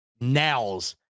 nails